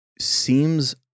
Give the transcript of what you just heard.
seems